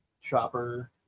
Chopper